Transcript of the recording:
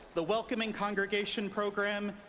the welcoming congregation program,